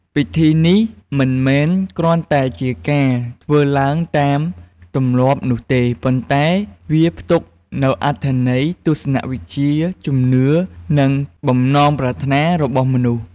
ពិធីនេះមិនមែនគ្រាន់តែជាការធ្វើឡើងតាមទម្លាប់នោះទេ ប៉ុន្តែវាផ្ទុកនូវអត្ថន័យទស្សនវិជ្ជា ជំនឿ និងបំណងប្រាថ្នារបស់មនុស្ស។